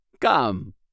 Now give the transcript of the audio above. Come